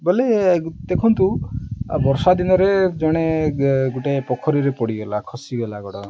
ବୋଲେ ଦେଖନ୍ତୁ ବର୍ଷା ଦିନରେ ଜଣେ ଗୋଟେ ପୋଖରୀରେ ପଡ଼ିଗଲା ଖସିଗଲା ଗୋଡ଼